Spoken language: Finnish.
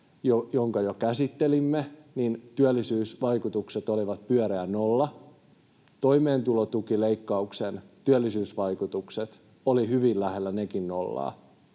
jonka jo käsittelimme, työllisyysvaikutukset olivat pyöreä nolla. Toimeentulotukileikkauksen työllisyysvaikutuksetkin olivat hyvin lähellä nollaa.